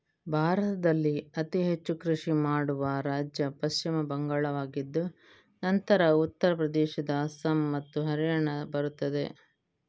ಭಾರತದಲ್ಲಿ ಅತಿ ಹೆಚ್ಚು ಕೃಷಿ ಮಾಡುವ ರಾಜ್ಯ ಪಶ್ಚಿಮ ಬಂಗಾಳವಾಗಿದ್ದು ನಂತರ ಉತ್ತರ ಪ್ರದೇಶ, ಅಸ್ಸಾಂ ಮತ್ತು ಹರಿಯಾಣ ಬರುತ್ತದೆ